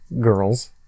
girls